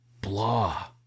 blah